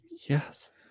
yes